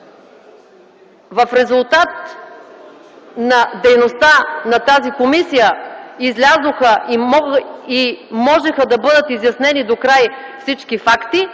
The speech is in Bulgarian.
В резултат на дейността на тази комисия излязоха и можеха да бъдат изяснени докрай всички факти,